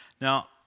Now